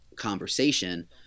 conversation